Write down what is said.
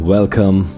Welcome